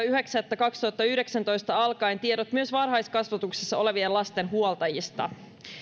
yhdeksättä kaksituhattayhdeksäntoista alkaen tiedot myös varhaiskasvatuksessa olevien lasten huoltajista